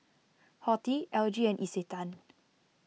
Horti L G and Isetan